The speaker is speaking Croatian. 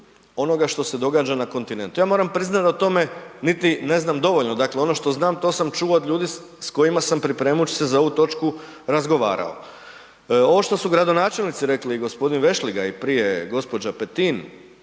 onoga što se događa na kontinentu. Ja moramo priznat da tome niti ne znam dovoljno, dakle ono što znam, to sam čuo do ljudi s kojima sam pripremajući se za ovu točku razgovarao. Ovo što su gradonačelnici rekli i g. Vešligaj i prije gđa. Petin